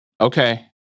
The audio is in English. Okay